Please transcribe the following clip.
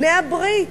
בעלי-הברית,